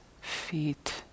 feet